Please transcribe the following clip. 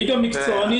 ליגה מקצוענית,